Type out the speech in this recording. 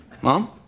Mom